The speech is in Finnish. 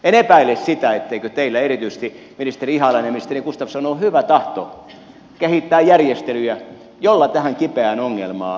en epäile sitä etteikö teillä erityisesti ministeri ihalainen ministeri gustafsson ole hyvä tahto kehittää järjestelyjä joilla tähän kipeään ongelmaan saataisiin korjausta